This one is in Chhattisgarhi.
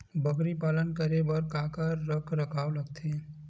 बकरी पालन करे बर काका रख रखाव लगथे?